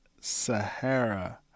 Sahara